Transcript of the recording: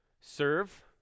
Serve